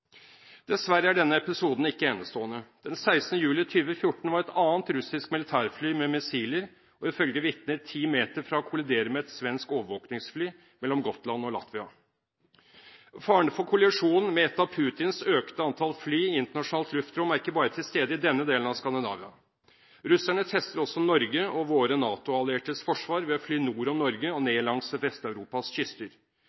Dessverre er denne episoden ikke enestående. Den 16. juli 2014 var, ifølge vitner, et annet russisk militærfly med missiler ti meter fra å kollidere med et svensk overvåkningsfly mellom Gotland og Latvia. Faren for kollisjon med et av Putins økte antall fly i internasjonalt luftrom er ikke bare til stede i denne delen av Skandinavia. Russerne tester også Norge og våre NATO-alliertes forsvar ved å fly nord om Norge og ned langs